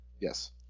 Yes